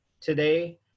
today